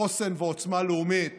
חוסן ועוצמה לאומית